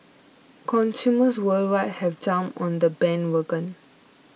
consumers worldwide have jumped on the bandwagon